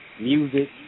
music